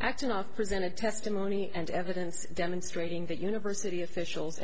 action of presented testimony and evidence demonstrating that university officials